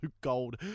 gold